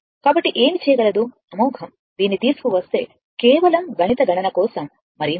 కాబట్టి ఏమి చేయగలదు అమోఘం దీనిని తీసుకువస్తే కేవలం గణిత గణన కోసం మరేమీ లేదు